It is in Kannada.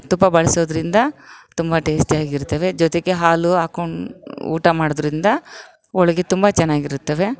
ತುಪ್ಪ ಬಳಸೋದ್ರಿಂದ ತುಂಬ ಟೇಸ್ಟಿ ಆಗಿರ್ತವೆ ಜೊತೆಗೆ ಹಾಲು ಹಾಕೊಂಡ್ ಊಟ ಮಾಡೋದ್ರಿಂದ ಹೋಳ್ಗೆ ತುಂಬ ಚೆನ್ನಾಗಿರುತ್ತವೆ